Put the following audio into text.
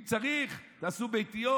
אם צריך, תעשו ביתיות.